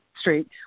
street